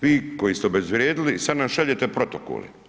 Vi koji ste obezvrijedili sad nam šaljete protokole.